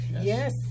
Yes